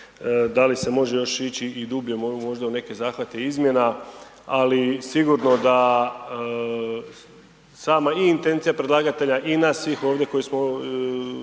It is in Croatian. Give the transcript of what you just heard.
da li se može još ići i dublje možda u neke zahvate izmjena, ali sigurno da sama i intencija predlagatelja i nas svih ovdje koji smo